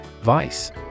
Vice